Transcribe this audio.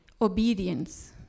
Obedience